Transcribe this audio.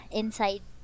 inside